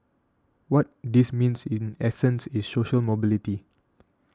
what this means in essence is social mobility